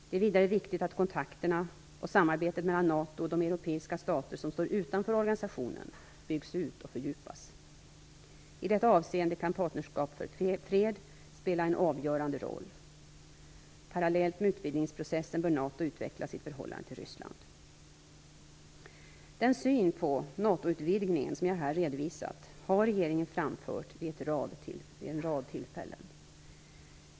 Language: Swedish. Det är vidare viktigt att kontakterna och samarbetet mellan NATO och de europeiska stater som står utanför organisationen byggs ut och fördjupas. I detta avseende kan Partnerskap för fred, PFF, spela en avgörande roll. Parallellt med utvidgningsprocessen bör NATO utveckla sitt förhållande till Ryssland. Den syn på NATO-utvidgningen som jag här redovisat har regeringen framfört vid en rad tillfällen.